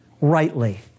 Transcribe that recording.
rightly